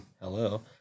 Hello